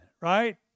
right